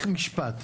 רק משפט.